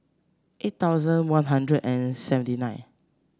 eight thousand One Hundred and seventy nine